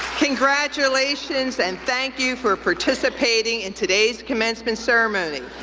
congratulations, and thank you for participating in today's commencement ceremony.